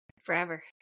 Forever